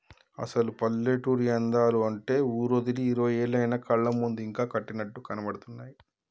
అసలు పల్లెటూరి అందాలు అంటే ఊరోదిలి ఇరవై ఏళ్లయినా కళ్ళ ముందు ఇంకా కట్టినట్లు కనబడుతున్నాయి